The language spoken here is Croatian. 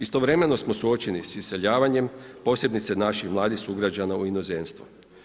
Istovremeno smo suočeni s iseljavanjem, posebice naših mladih sugrađana u inozemstvu.